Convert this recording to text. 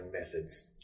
methods